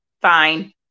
Fine